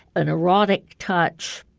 an erotic touch,